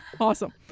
awesome